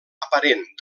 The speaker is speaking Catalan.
aparent